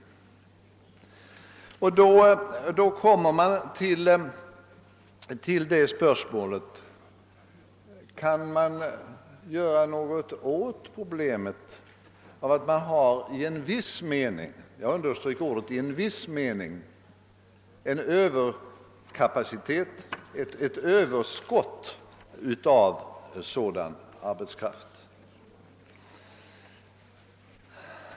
Vi ställs inför spörsmålet, om man kan göra något åt problemet att vårt land i viss mening — jag understryker: i viss mening — kommer att få ett överskott av sådan arbetskraft.